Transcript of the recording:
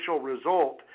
Result